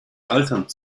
altern